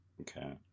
okay